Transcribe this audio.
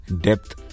Depth